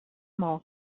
small